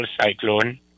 cyclone